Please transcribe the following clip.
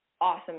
awesome